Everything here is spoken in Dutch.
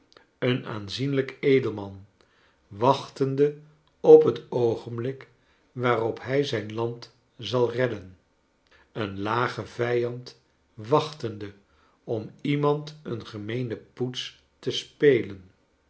een aanzienlijk edelman wachtende op het oogenblik waarop hij zijn land zal redden een lage vijand wachtende om iemand een gem eene poets te spelen